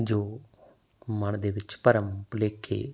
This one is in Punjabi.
ਜੋ ਮਨ ਦੇ ਵਿੱਚ ਭਰਮ ਭੁਲੇਖੇ